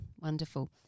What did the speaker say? wonderful